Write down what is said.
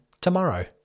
tomorrow